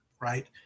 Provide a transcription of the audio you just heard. right